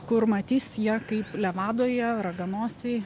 kur matys jie kaip levadoje raganosiai